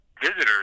visitors